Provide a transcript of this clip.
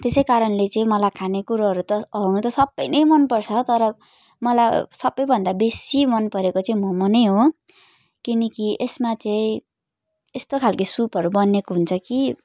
त्यसै कारणले चाहिँ मलाई खाने कुरोहरू त हुनु त सबै नै मन पर्छ तर मलाई सबैभन्दा बेसी मन परेको चाहिँ मोमो नै हो किनकि यसमा चाहिँ यस्तो खालको सुपहरू बनिएको हुन्छ कि